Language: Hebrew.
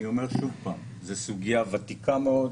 אני אומר שוב, זו סוגיה ותיקה מאוד,